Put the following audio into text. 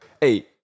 Hey